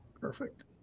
Perfect